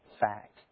fact